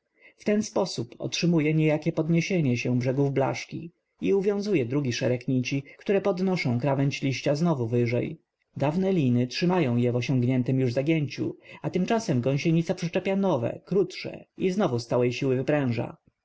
nitkę w ten sposób otrzymuje niejakie podniesienie się brzegów blaszki i uwiązuje drugi szereg nici które podnoszą krawędzie liścia znowu wyżej dawne liny trzymają je w osiągniętem już zagięciu a tymczasem gąsienica przyczepia nowe krótsze i znowu z całej siły wypręża